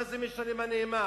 מה זה משנה מה נאמר?